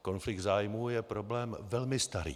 Konflikt zájmů je problém velmi starý.